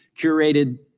curated